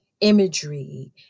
imagery